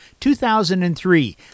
2003